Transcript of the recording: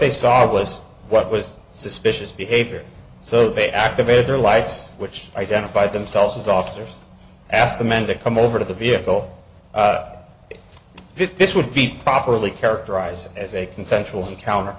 they saw was what was suspicious behavior so they activated their lights which identified themselves as officers asked the men to come over to the vehicle this would be properly characterize as a consensual encounter